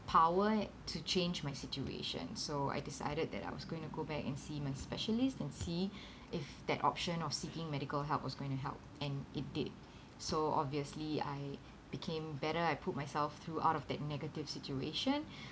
power to change my situation so I decided that I was going to go back and see my specialist and see if that option of seeking medical help was going to help and it did so obviously I became better I put myself through out of that negative situation